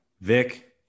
Vic